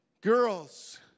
girls